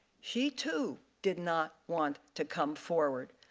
she too did not want to come forward,